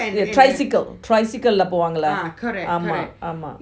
the tricycle tricycle lah போவார்களா:povangala